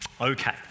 Okay